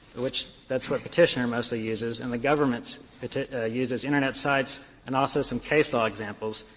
which that's what petitioner mostly uses, and the government uses internet sites and also some case law examples,